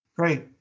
Great